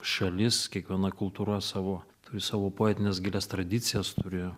šalis kiekviena kultūra savo turi savo poetines gilias tradicijas turi